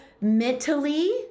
mentally